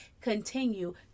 continue